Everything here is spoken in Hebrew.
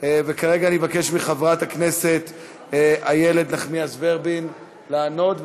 וכרגע אבקש מחברת הכנסת איילת נחמיאס ורבין לענות,